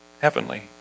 heavenly